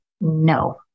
No